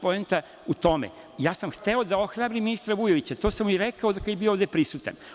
Poenta je u tome, hteo sam da ohrabrim ministra Vujovića, to sam mu i rekao kada je bio ovde prisutan.